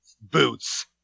Boots